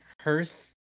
hearth